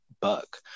buck